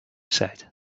said